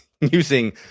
using